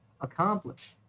accomplish